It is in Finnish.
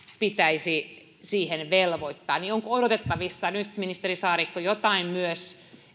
pitäisi siihen velvoittaa onko odotettavissa nyt ministeri saarikko jotain myös